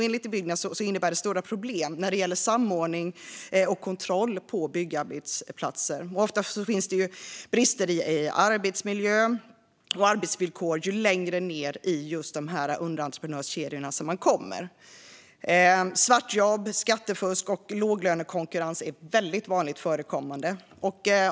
Enligt Byggnads innebär det stora problem när det gäller samordning och kontroll på byggarbetsplatser. Ofta finns det fler brister i arbetsmiljö och arbetsvillkor ju längre ned i underentreprenörskedjorna man kommer. Svartjobb, skattefusk och låglönekonkurrens är väldigt vanligt förekommande.